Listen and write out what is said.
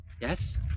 Yes